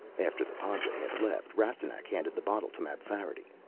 after the padre had left, rastignac handed the bottle to mapfarity.